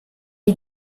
est